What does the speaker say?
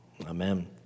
amen